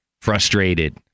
frustrated